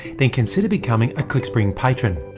then consider becoming a clickspring patron.